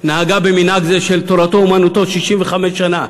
במנהג זה של תורתו-אומנותו 65 שנה.